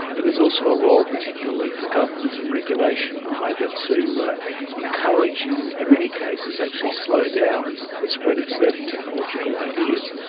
but there's also a role particularly for government and regulation, either to encourage and in many cases actually slow down the spread of certain technological ideas,